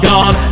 God